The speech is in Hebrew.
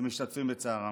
ומשתתפים בצערן.